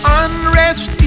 unrest